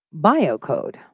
biocode